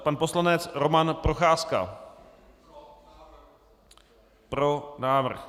Pan poslanec Roman Procházka: Pro návrh.